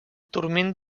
turment